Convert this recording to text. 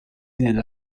nella